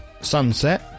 sunset